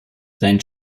sein